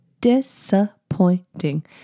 disappointing